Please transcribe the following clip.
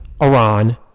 iran